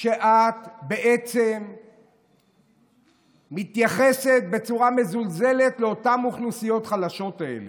שאת בעצם מתייחסת בצורה מזלזלת לאוכלוסיות החלשות האלה.